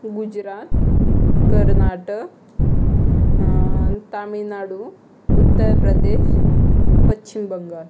Gujarat Karnataka Tamil Nadu Uttar Pradesh Paschim Bengal